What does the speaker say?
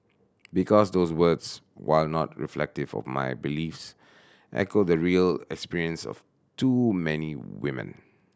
because those words while not reflective of my beliefs echo the real experience of too many women